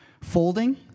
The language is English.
folding